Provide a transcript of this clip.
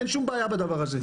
אין שום בעיה בדבר הזה.